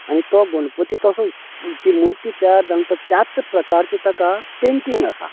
आनी तो गणपती तसो ती म्हुर्ती तयार जावन ताका त्याच प्रकाराची ताका पेण्टींग आसा